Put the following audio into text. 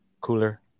Cooler